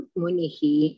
munihi